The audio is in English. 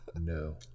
No